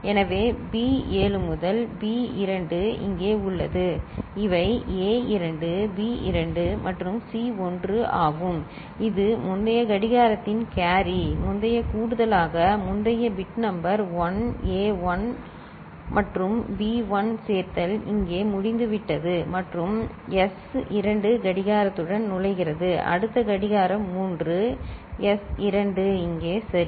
எனவே பி 7 முதல் பி 2 இங்கே உள்ளது இவை A 2 B 2 மற்றும் C 1 ஆகும் இது முந்தைய கடிகாரத்தின் கேரி முந்தைய கூடுதலாக முந்தைய பிட் நம்பர் ஒன் A 1 மற்றும் B 1 சேர்த்தல் இங்கே முடிந்துவிட்டது மற்றும் S 2 கடிகாரத்துடன் நுழைகிறது அடுத்த கடிகாரம் 3 எஸ் 2 இங்கே சரி